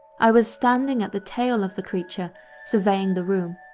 i was standing at the tail of the creature surveying the room.